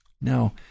Now